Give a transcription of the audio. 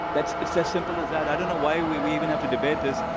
that's it's as simple as that. i don't know why we we even have to debate this.